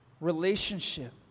relationship